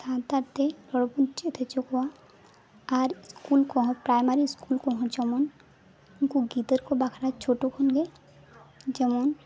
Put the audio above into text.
ᱥᱟᱱᱛᱟᱲ ᱛᱮ ᱨᱚᱲ ᱵᱚᱱ ᱪᱮᱫ ᱦᱚᱪᱚ ᱠᱚᱣᱟ ᱟᱨ ᱤᱥᱠᱩᱞ ᱠᱚᱦᱚᱸ ᱯᱨᱟᱭᱢᱟᱨᱤ ᱤᱥᱠᱩᱞ ᱠᱚᱦᱚᱸ ᱡᱮᱢᱚᱱ ᱩᱱᱠᱩ ᱜᱤᱫᱟᱹᱨ ᱠᱚ ᱵᱟᱠᱷᱟᱨᱟ ᱪᱷᱳᱴᱳ ᱠᱷᱚᱱ ᱜᱮ ᱡᱮᱢᱚᱱ